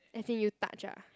as in you touch ah